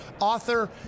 author